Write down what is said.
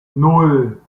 nan